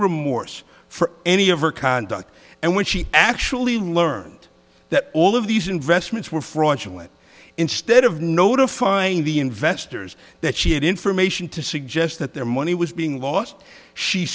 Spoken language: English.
remorse for any of her conduct and when she actually learned that all of these investments were fraudulent instead of notifying the investors that she had information to suggest that their money was being lost she